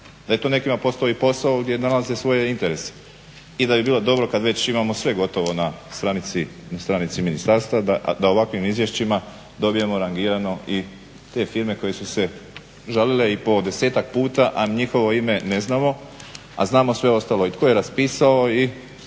da to nekima postoji i posao gdje nalaze svoje interese i da bi bilo dobro kad već imamo sve gotovo na stranici ministarstva da ovakvim izvješćima dobijamo rangirano i te firme koje su se žalile i po desetak puta, a njihovo ime ne znamo a znamo sve ostalo i tko je raspisao itd.